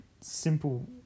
simple